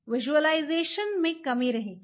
visualisation में कमी रहेगी